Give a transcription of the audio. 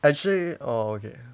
actually orh okay